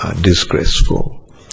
disgraceful